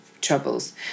troubles